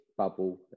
bubble